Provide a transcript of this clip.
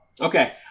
Okay